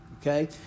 Okay